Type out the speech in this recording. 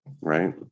right